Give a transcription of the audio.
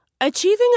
Achieving